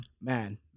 man